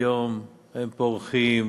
היום הם פורחים.